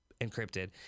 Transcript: encrypted